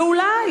ואולי,